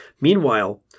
Meanwhile